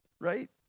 right